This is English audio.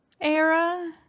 era